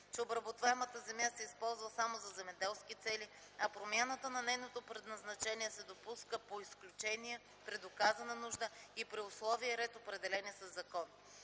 че обработваемата земя се използва само за земеделски цели, а промяната на нейното предназначение се допуска по изключение при доказана нужда и при условия и ред определени със закон.